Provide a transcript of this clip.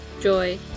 joy